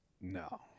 No